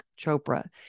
Chopra